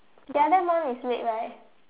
the other one is red right